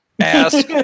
ask